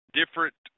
different